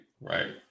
right